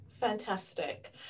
Fantastic